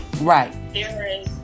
Right